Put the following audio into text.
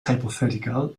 hypothetical